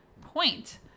point